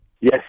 Yes